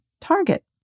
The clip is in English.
Target